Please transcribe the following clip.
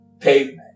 pavement